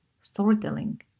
Storytelling